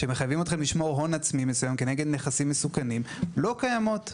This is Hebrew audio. שמחייבים אתכם לשמור הון עצמי מסוים כנגד נכסים מסוכנים לא קיימות.